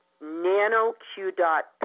nano-Q-dot